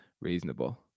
reasonable